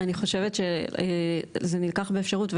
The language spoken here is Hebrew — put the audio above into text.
אני חושבת שזה נלקח באפשרות.